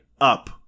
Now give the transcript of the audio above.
up